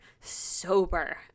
sober